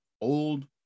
Old